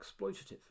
exploitative